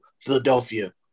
Philadelphia